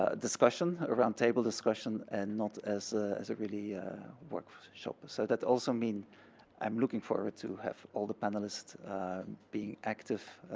ah discussion, a round table discussion, and not as ah as a really workshop. so that also mean i'm looking forward to have all the panelalists being active,